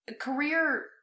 career